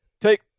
take